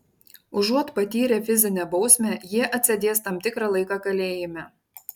užuot patyrę fizinę bausmę jie atsėdės tam tikrą laiką kalėjime